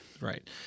Right